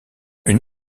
une